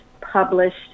published